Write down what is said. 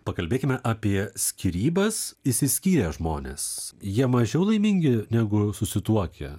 pakalbėkime apie skyrybas išsiskyrę žmonės jie mažiau laimingi negu susituokę